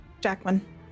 Jackman